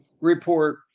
report